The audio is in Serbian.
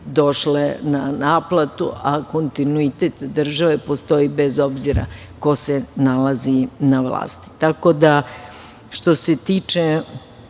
došle na naplatu, a kontinuitet države postoji bez obzira ko se nalazi na vlasti. Tako da, što se tiče